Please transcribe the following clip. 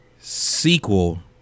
sequel